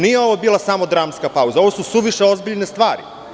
Nije ovo bila samo dramska pauza, ovo su suviše ozbiljne stvari.